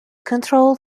controlled